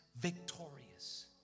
victorious